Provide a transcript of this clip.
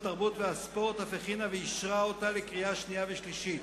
התרבות והספורט אף הכינה ואישרה אותה לקריאה שנייה ושלישית,